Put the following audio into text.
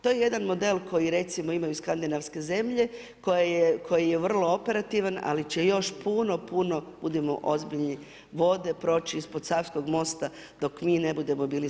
To je jedan model koji recimo imaju skandinavske zemlje koji je vrlo operativan ali će još puno, puno, budimo ozbiljni vode proći ispod Savskog mosta dok mi ne budemo spremni za to.